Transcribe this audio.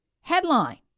Headline